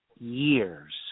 years